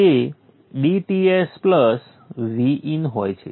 તેથી તે DTs plus Vin હોય છે